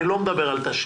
אני לא מדבר על תשלום.